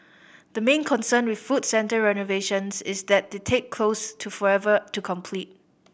the main concern with food centre renovations is that they take close to forever to complete